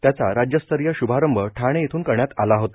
त्याचा राज्यस्तरीय शुभारंभ ठाणे इथून करण्यात आला होता